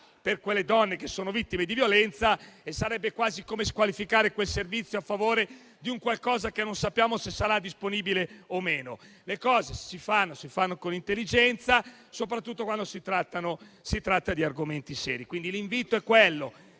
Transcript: per le donne vittime di violenza e sarebbe quasi come squalificare quel servizio a favore qualcosa che non sappiamo se sarà disponibile o meno. Le cose si fanno con intelligenza, soprattutto quando si tratta di argomenti seri. Pertanto, dico